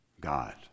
God